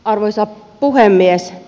arvoisa puhemies